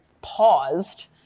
paused